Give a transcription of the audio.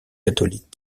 catholique